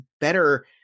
better